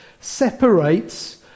separates